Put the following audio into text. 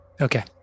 okay